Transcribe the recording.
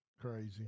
crazy